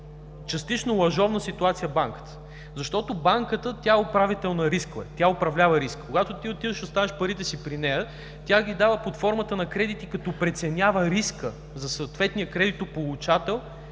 частично лъжовна ситуация, защото банката е управител на рискове, тя управлява риск. Когато ти отиваш, оставяш парите си при нея, тя ги дава под формата на кредити, като преценява какъв би бил рискът за съответния кредитополучател